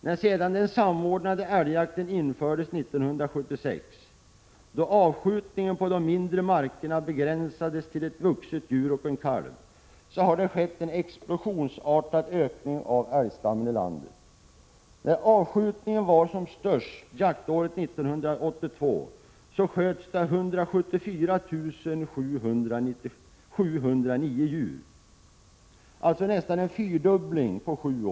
När sedan den samordnade älgjakten infördes 1976, då avskjutningen på de mindre markerna begränsades till ett vuxet djur och en kalv, har det skett en explosionsartad ökning av älgstammen i landet. När avskjutningen var som störst jaktåret 1982 sköts det 174 709 djur i landet, alltså nästan en fyrdubbling på sju år.